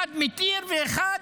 אחד מתיר, ואחד,